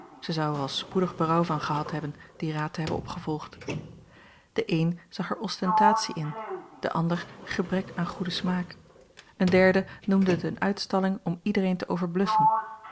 zij zou er al spoedig berouw van gehad hebben dien raad te hebben opgevolgd de een zag er ostentatie in de ander gebrek aan goeden smaak een derde noemde het eene uitstalling om iedereen te